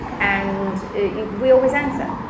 and yeah we always answer.